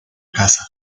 casa